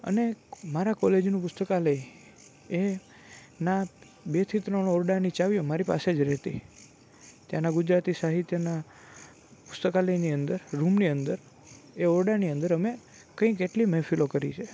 અને મારા કોલેજનું પુસ્તકાલય એ ના બેથી ત્રણ ઓરડાની ચાવીઓ મારી પાસે જ રહેતી ત્યાંનાં ગુજરાતી સાહિત્યનાં પુસ્તકાલયની અંદર રૂમની અંદર એ ઓરડાની અંદર અમે કંઇ કેટલી મહેફિલો કરી છે